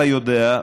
אתה יודע,